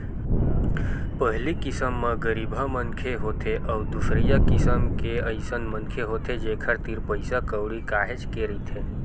पहिली किसम म गरीबहा मनखे होथे अउ दूसरइया किसम के अइसन मनखे होथे जेखर तीर पइसा कउड़ी काहेच के रहिथे